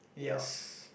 yes